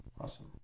Awesome